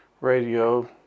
radio